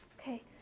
Okay